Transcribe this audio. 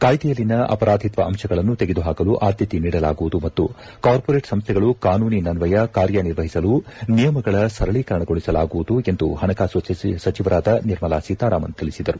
ಕಾಯ್ದೆಯಲ್ಲಿನ ಅಪರಾಧಿತ್ವ ಅಂಶಗಳನ್ನು ತೆಗೆದುಹಾಕಲು ಆದ್ದತೆ ನೀಡಲಾಗುವುದು ಮತ್ತು ಕಾರ್ಮೋರೇಟ್ ಸಂಸ್ವೆಗಳು ಕಾನೂನಿನ್ವಯ ಕಾರ್ಯ ನಿರ್ವಹಿಸಲು ನಿಯಮಗಳ ಸರಳೀಕರಣಗೊಳಿಸಲಾಗುವುದೆಂದು ಪಣಕಾಸು ಸಚಿವ ನಿರ್ಮಲಾ ಸೀತಾರಾಮನ್ ತಿಳಿಸಿದರು